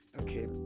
Okay